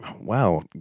wow